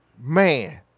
Man